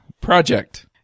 project